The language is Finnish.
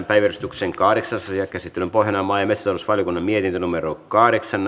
päiväjärjestyksen kahdeksas asia käsittelyn pohjana on maa ja metsätalousvaliokunnan mietintö kahdeksan